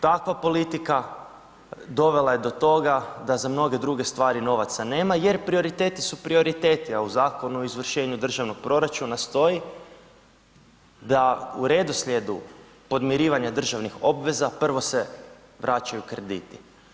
Takva politika dovela je do toga da za mnoge druge stvari novaca nema jer prioriteti su prioriteti a u Zakonu o izvršenju državnog proračuna stoji da u redoslijedu podmirivanja državnih obveza prvo se vraćaju krediti.